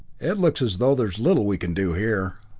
it looks as though there is little we can do here.